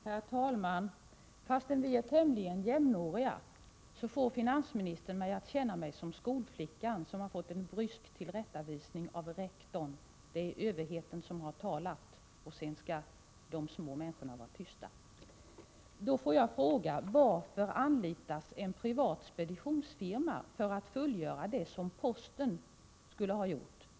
Herr talman! Fastän vi är tämligen jämnåriga får finansministern mig att känna mig som skolflickan som fått en brysk tillrättavisning av rektorn. Det är överheten som har talat. Sedan skall de små människorna vara tysta. Då får jag fråga: Varför anlitas en privat speditionsfirma för att fullgöra det som posten skulle ha gjort?